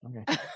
okay